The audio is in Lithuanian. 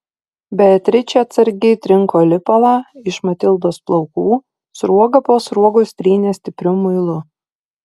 beatričė atsargiai trinko lipalą iš matildos plaukų sruogą po sruogos trynė stipriu muilu